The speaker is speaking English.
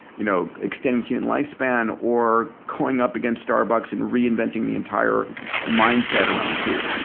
you know extending human lifespan, or going up against starbucks and reinventing the entire mindset around food.